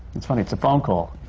it's funny, it's a phone call.